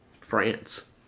France